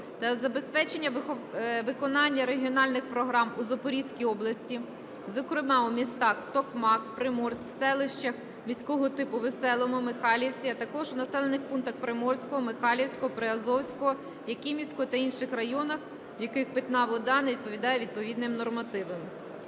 та забезпечення виконання регіональних програм у Запорізькій області, зокрема, у містах Токмак, Приморськ, селищах міського типу Веселому, Михайлівці, а також у населених пунктах Приморського, Михайлівського, Приазовського, Якимівського та інших районах, в яких питна вода не відповідає відповідним нормативам.